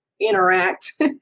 interact